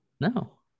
No